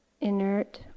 inert